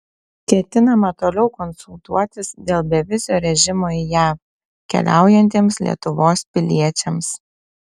ketinama toliau konsultuotis dėl bevizio režimo į jav keliaujantiems lietuvos piliečiams